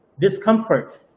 discomfort